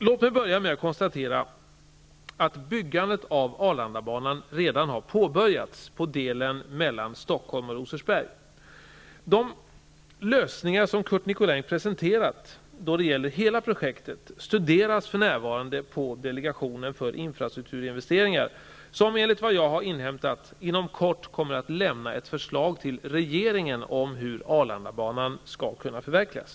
Låt mig börja med att konstatera att byggandet av Arlandabanan redan har påbörjats på delen mellan De lösningar som Curt Nicolin presenterat då det gäller hela projektet studeras för närvarande av delegationen för infrastrukturinvesteringar som, enligt vad jag har inhämtat, inom kort kommer att lämna ett förslag till regeringen om hur Arlandabanan skall kunna förverkligas.